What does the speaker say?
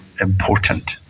important